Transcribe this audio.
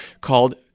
called